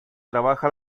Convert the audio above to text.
trabaja